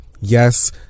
yes